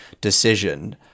decision